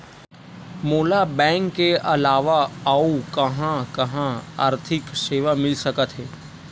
मोला बैंक के अलावा आऊ कहां कहा आर्थिक सेवा मिल सकथे?